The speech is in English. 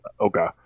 Okay